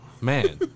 Man